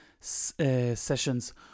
sessions